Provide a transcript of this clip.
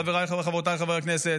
חבריי וחברותיי חברי הכנסת,